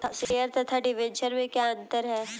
Share तथा debenture में क्या अंतर है?